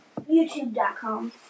YouTube.com